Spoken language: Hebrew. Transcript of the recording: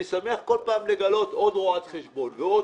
אני שמח כל פעם לגלות עוד רואת חשבון ועוד